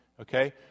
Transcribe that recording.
Okay